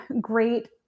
great